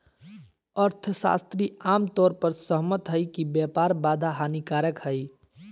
अर्थशास्त्री आम तौर पर सहमत हइ कि व्यापार बाधा हानिकारक हइ